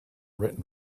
written